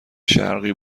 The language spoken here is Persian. شرقی